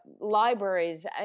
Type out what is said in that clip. libraries